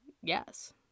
Yes